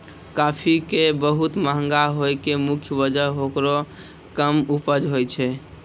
काफी के बहुत महंगा होय के मुख्य वजह हेकरो कम उपज होय छै